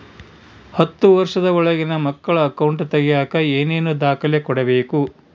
ಹತ್ತುವಷ೯ದ ಒಳಗಿನ ಮಕ್ಕಳ ಅಕೌಂಟ್ ತಗಿಯಾಕ ಏನೇನು ದಾಖಲೆ ಕೊಡಬೇಕು?